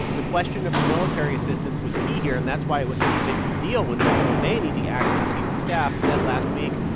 the question of the military assistance was key here, and that's why it was such a big deal when mick mulvaney, the acting chief of staff, said last week,